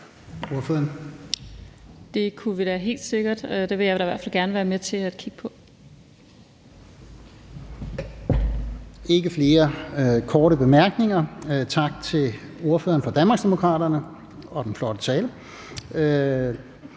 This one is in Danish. Det kunne vi da helt sikkert. Det vil jeg i hvert fald gerne være med til at kigge på.